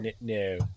No